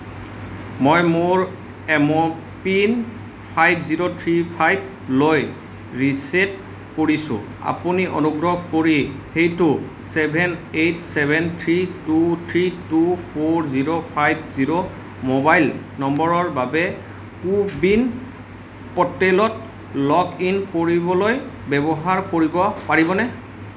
মই মোৰ M PIN five zero three five লৈ ৰিছেট কৰিছোঁ আপুনি অনুগ্ৰহ কৰি সেইটো seven eight seven three two three two four zero five zero mobile নম্বৰৰ বাবে কো ৱিন প'ৰ্টেলত লগ ইন কৰিবলৈ ব্যৱহাৰ কৰিব পাৰিবনে